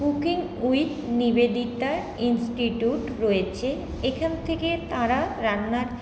cooking with Nivedita institute রয়েছে এখান থেকে তাঁরা রান্নার